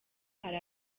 hari